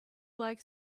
like